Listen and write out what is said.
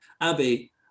Abby